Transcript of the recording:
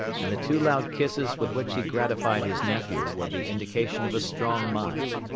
and the two loud kisses with which he gratified his nephew were the indication of a strong mind.